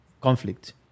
conflict